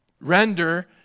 Render